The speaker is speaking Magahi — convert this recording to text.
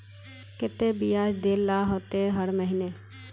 केते बियाज देल ला होते हर महीने?